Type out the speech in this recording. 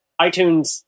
iTunes